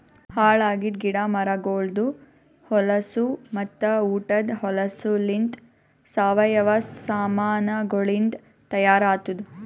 ಹಾಳ್ ಆಗಿದ್ ಗಿಡ ಮರಗೊಳ್ದು ಹೊಲಸು ಮತ್ತ ಉಟದ್ ಹೊಲಸುಲಿಂತ್ ಸಾವಯವ ಸಾಮಾನಗೊಳಿಂದ್ ತೈಯಾರ್ ಆತ್ತುದ್